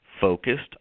focused